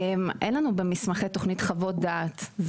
אין לנו במסמכי תוכנית חוות דעת.